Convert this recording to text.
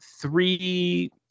three